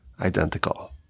identical